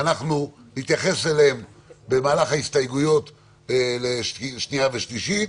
ואנחנו נתייחס אליהן במהלך ההסתייגויות לשנייה ושלישית,